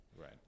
Right